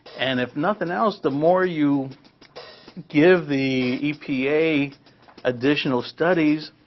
and if nothing else, the more you give the epa additional studies,